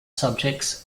subjects